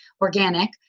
organic